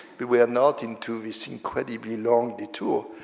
we we are not into this incredibly long detour,